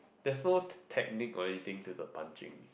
there's no technique or anything to the punching